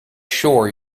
sure